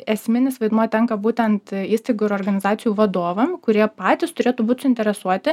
esminis vaidmuo tenka būtent įstaigų ir organizacijų vadovam kurie patys turėtų būt suinteresuoti